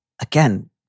again